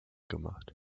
gemacht